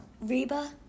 Reba